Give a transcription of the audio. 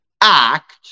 act